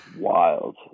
wild